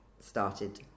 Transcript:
started